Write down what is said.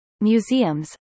museums